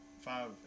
five